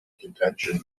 contention